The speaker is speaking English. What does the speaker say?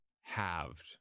halved